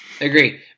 Agree